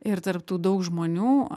ir tarp tų daug žmonių